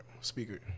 speaker